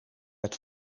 het